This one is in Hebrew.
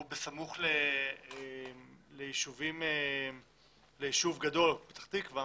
הוא בסמוך ליישוב גדול, פתח תקווה,